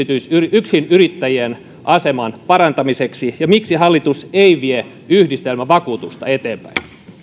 yksinyrittäjien aseman parantamiseksi ja miksi hallitus ei vie yhdistelmävakuutusta eteenpäin